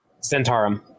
Centaurum